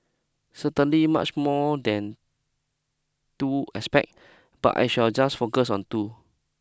certainly much more than two aspect but I shall just focus on two